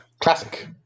Classic